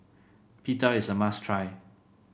Pita is a must try